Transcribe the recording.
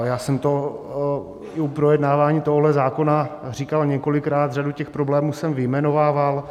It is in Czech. Já jsem to i u projednávání tohohle zákona říkal několikrát, řadu těch problémů jsem vyjmenovával.